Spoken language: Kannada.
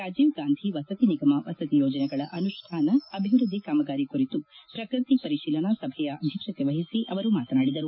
ರಾಜೀವ್ಗಾಂಧಿ ವಸತಿ ನಿಗಮ ವಸತಿ ಯೋಜನೆಗಳ ಅನುಷ್ಠಾನ ಅಭಿವೃದ್ಧಿ ಕಾಮಗಾರಿ ಕುರಿತು ಪ್ರಗತಿ ಪರಿಶೀಲನಾ ಸಭೆಯ ಅಧ್ಯಕ್ಷತೆ ವಹಿಸಿ ಅವರು ಮಾತನಾಡಿದರು